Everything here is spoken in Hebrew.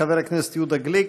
חבר הכנסת יהודה גליק,